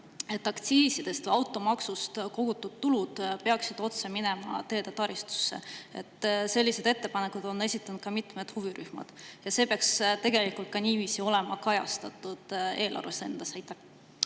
et aktsiisidest või automaksust kogutud tulu peaks minema otse teede taristusse? Selliseid ettepanekuid on esitanud ka mitmed huvirühmad ja see peaks tegelikult olema niiviisi kajastatud eelarves endas.